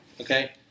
Okay